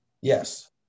Yes